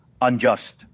unjust